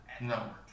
No